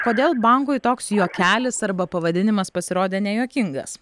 kodėl bankui toks juokelis arba pavadinimas pasirodė nejuokingas